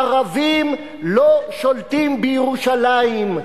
הערבים לא שולטים בירושלים,